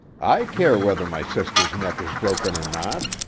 i care whether my sister's neck is broken or not!